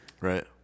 Right